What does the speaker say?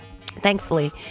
Thankfully